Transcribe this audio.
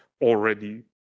already